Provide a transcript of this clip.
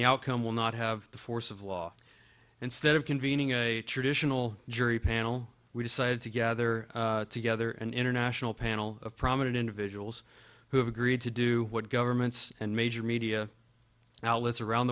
the outcome will not have the force of law instead of convening a traditional jury panel we decided to gather together an international panel of prominent individuals who have agreed to do what governments and major media outlets around